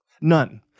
None